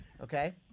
okay